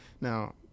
now